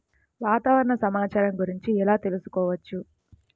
వాతావరణ సమాచారం గురించి ఎలా తెలుసుకోవచ్చు?